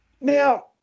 Now